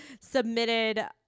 submitted